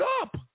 up